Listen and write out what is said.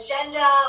Agenda